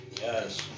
Yes